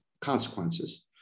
consequences